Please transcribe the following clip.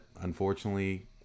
unfortunately